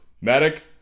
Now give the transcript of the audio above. medic